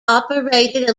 operated